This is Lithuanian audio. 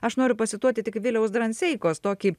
aš noriu pacituoti tik viliaus dranseikos tokį